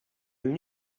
une